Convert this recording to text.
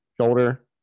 shoulder